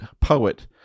poet